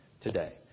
today